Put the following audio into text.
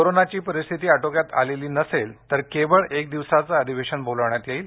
कोरोनाची परिस्थिती आटोक्यात आलेली नसेल तर केवळ एक दिवसाचं अधिवेशन बोलावण्यात येईल